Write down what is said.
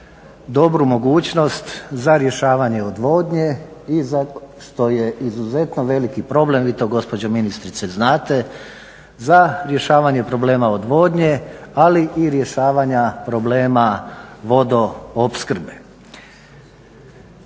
dobru mogućnost za rješavanje odvodnje i za što je izuzetno veliki problem vi to gospođo ministrice znate, za rješavanje problema odvodnje, ali i rješavanja problema vodoopskrbe.